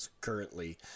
currently